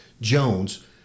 Jones